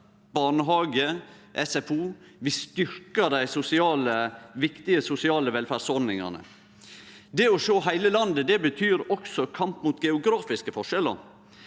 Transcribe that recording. barnehage og SFO, og vi styrkjer dei viktige sosiale velferdsordningane. Det å sjå heile landet betyr også kamp mot geografiske forskjellar.